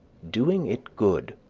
doing it good,